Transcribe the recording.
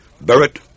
Barrett